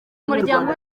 muryango